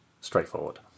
Straightforward